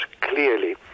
clearly